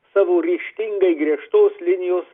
savo ryžtingai griežtos linijos